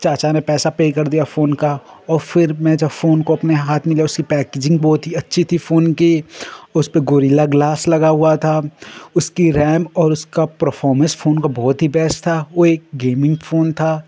तो चाचा ने पैसा पर कर दिया फोन का और फिर मेरा फोन को अपने हाथ में लिया उसकी पैकेजिंग बहुत अच्छी थी फोन की उस पर गोरिल्ला ग्लास लगा हुआ था उसकी रैम और उसका परफॉर्मेंस फोन का बहुत ही बेस्ट था वो एक गेमिंग फोन था